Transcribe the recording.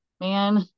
man